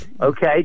Okay